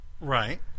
right